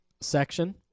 section